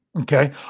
Okay